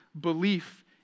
belief